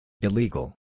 Illegal